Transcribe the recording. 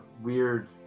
weird